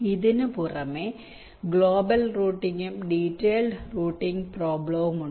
ഇതിന് പുറമേ ഗ്ലോബൽ റൂട്ടിംഗും ഡീറ്റെയ്ൽഡ് റൂട്ടിംഗ് പ്രോബ്ളവുമുണ്ട്